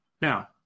Now